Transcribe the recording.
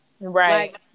Right